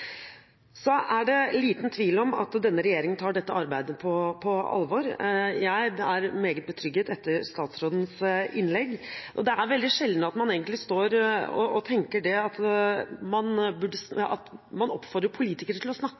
er liten tvil om at denne regjeringen tar dette arbeidet på alvor. Jeg er meget betrygget etter statsrådens innlegg, og det er egentlig veldig sjelden at man oppfordrer politikere til å snakke mer. Veldig ofte blir vi oppfordret til å snakke mindre og